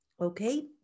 okay